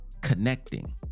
connecting